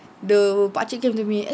the pakcik came to me